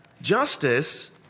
Justice